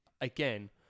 again